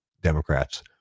Democrats